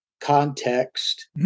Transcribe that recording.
context